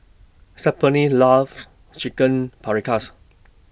loves Chicken Paprikas